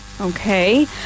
Okay